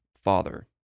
Father